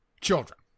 children